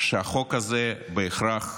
שהחוק הזה בהכרח